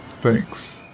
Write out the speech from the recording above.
Thanks